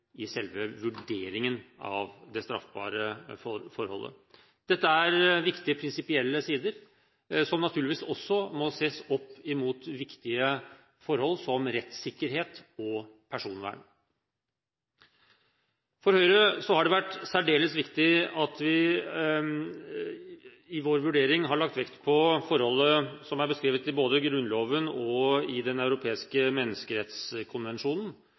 i selve vurderingen av det straffbare forholdet. Dette er viktige prinsipielle sider som naturligvis også må ses opp mot viktige forhold som rettssikkerhet og personvern. For Høyre har det vært særdeles viktig at vi i vår vurdering har lagt vekt på forholdet som er beskrevet både i Grunnloven og i Den europeiske menneskerettskonvensjonen,